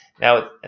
Now